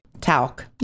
talc